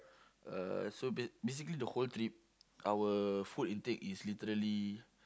uh so ba~ basically the whole trip our food intake is literally